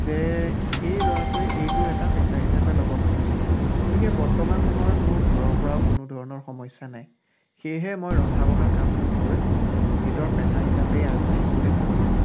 যে এই ল'ৰাটোৱে এইটো এটা পেছা হিচাপে ল'ব পাৰিব গতিকে বৰ্তমান সময়ত মোৰ ঘৰৰ পৰাও কোনো ধৰণৰ সমস্যা নাই সেয়েহে মই ৰন্ধা বঢ়া কামটোক কৰি নিজৰ পেছা হিচাপেই আগবাঢ়িম বুলি ভাবি আছোঁ